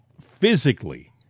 physically